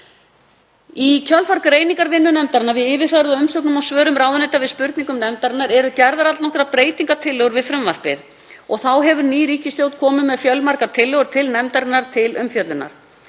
Í kjölfar greiningarvinnu nefndarinnar við yfirferð á umsögnum og svörum ráðuneyta við spurningum nefndarinnar eru gerðar allnokkrar breytingartillögur við frumvarpið og þá hefur ný ríkisstjórn komið með fjölmargar tillögur til nefndarinnar til umfjöllunar.